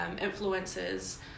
influences